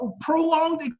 prolonged